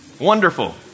Wonderful